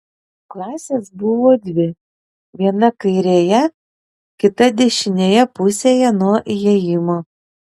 klasės buvo dvi viena kairėje kita dešinėje pusėje nuo įėjimo